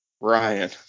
Ryan